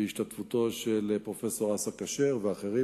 ובהשתתפותו של פרופסור אסא כשר ואחרים,